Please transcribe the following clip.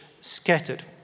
scattered